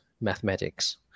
mathematics